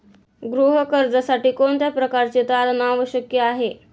गृह कर्जासाठी कोणत्या प्रकारचे तारण आवश्यक आहे?